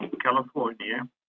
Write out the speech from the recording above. California